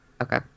okay